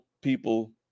people